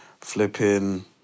Flipping